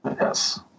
Yes